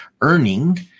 earning